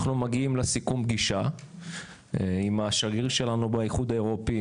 אנחנו מגיעים לסיכום פגישה עם השגריר שלנו באיחוד האירופי,